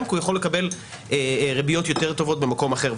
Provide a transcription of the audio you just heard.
כי הוא יכול לקבל ריביות טובות יותר במקום אחר.